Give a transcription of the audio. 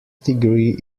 degree